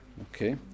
Okay